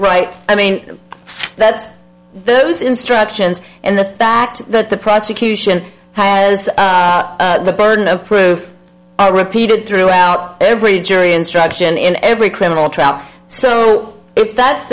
right i mean that's those instructions and the fact that the prosecution has the burden of proof repeated throughout every jury instruction in every criminal trial so if that's